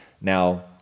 Now